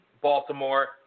Baltimore